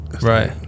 Right